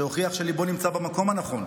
שהוכיח שליבו נמצא במקום הנכון,